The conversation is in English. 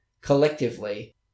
collectively